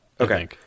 Okay